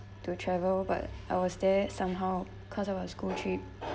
to travel but I was there somehow because of our school trip